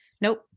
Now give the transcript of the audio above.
Nope